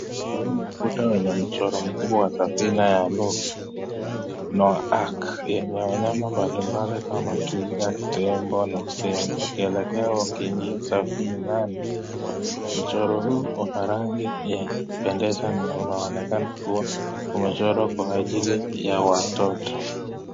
Huu ni ukuta wenye mchoro mkubwa wa safina ya Nuhu, Noah Ark yenye wanyama mbalimbali kama twiga, tembo na simba wakielekea safinani. Mchoro huu una rangi ya kupendeza na unaonekana kuwa umechorwa kwa ajili ya watoto.